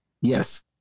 Yes